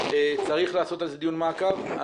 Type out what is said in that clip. צריך לעשות על זה דיון מעקב.